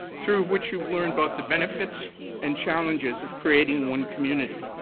through which you've learned both the benefits and challenges of creating one community.